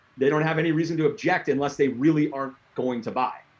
they don't have any reason to object unless they really aren't going to buy.